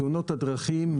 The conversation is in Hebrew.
תאונות הדרכים,